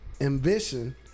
ambition